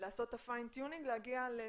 כדי לעשות את הפיין טיונינג ולהגיע לניסוח